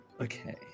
okay